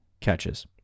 catches